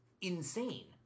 insane